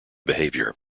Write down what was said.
behavior